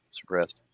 suppressed